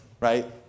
right